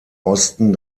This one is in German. osten